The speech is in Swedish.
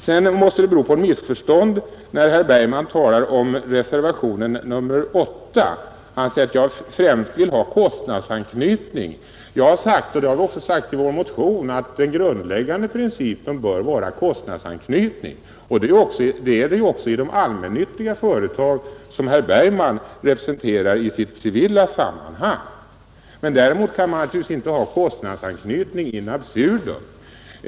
Sedan måste det bero på ett missförstånd när herr Bergman talar om reservationen 8 och säger att jag främst vill ha kostnadsanknytning. Jag har sagt, och det har också framhållits i vår motion, att den grundläggande principen bör vara kostnadsanknytning. Man har ju samma princip i de allmännyttiga företag som herr Bergman representerar i sin civila gärning. Men man kan naturligtvis inte driva kostnadsanknytningen in absurdum.